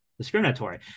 Discriminatory